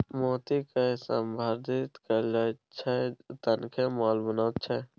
मोतीकए संवर्धित कैल जाइत छै तखने माला बनैत छै